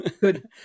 Good